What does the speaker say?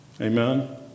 Amen